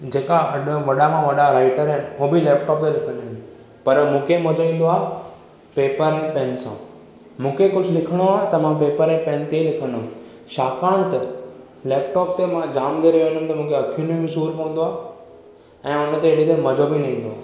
जेका वॾा में वॾा राइटर आहिनि हू बि लैपटॉप ते लिखंदा आहिनि पर मूंखे मज़ो ईंदो आहे पेपर ऐं पेन सां मूंखे कुझु लिखणो आहे त मां पेपर ऐं पेन ते ई लिखंदुमि छाकाणि त लैपटॉप ते मां जाम देर वियंदुमि त मूंखे आखियुनि में बि सुर पवंदो आ ऐं हुन ते ऐॾी देर मज़ो बि न ईंदो आहे